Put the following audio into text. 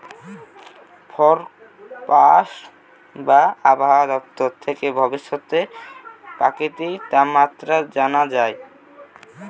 forecast বা আবহায়া দপ্তর থেকে ভবিষ্যতের প্রাকৃতিক তাপমাত্রা জানা যায়